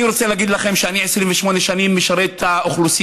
אני רוצה להגיד לכם ש-28 שנים אני משרת את האוכלוסייה.